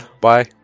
Bye